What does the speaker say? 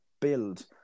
build